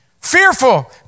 fearful